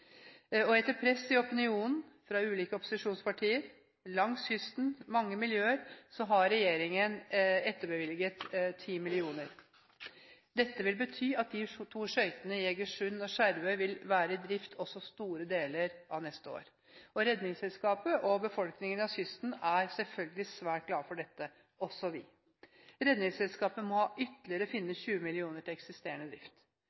Etter press fra opinionen, fra ulike opposisjonspartier langs kysten, fra mange miljøer, har regjeringen etterbevilget 10 mill. kr. Dette vil bety at de to skøytene i Egersund og Skjervøy vil være i drift også store deler av neste år. Redningsselskapet og befolkningen langs kysten er selvfølgelig svært glade for dette – også vi. Redningsselskapet må finne ytterligere 20 mill. kr. til eksisterende drift.